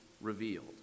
revealed